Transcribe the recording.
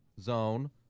zone